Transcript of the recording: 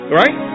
right